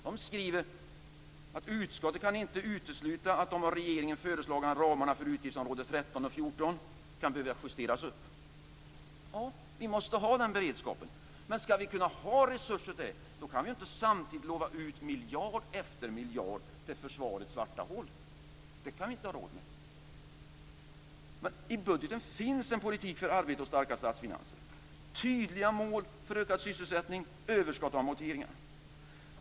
Det skriver: "Utskottet kan därför inte utesluta att de av regeringen föreslagna ramarna för utgiftsområde 13 och 14 kan behöva justeras upp." Vi måste ha den beredskapen. Men om vi skall kunna ha resurser till det kan vi inte samtidigt lova ut miljard efter miljard till försvarets svarta hål. Det kan vi inte ha råd med. I budgeten finns en politik för arbete och starka statsfinanser, med tydliga mål för ökad sysselsättning, överskott och amorteringar.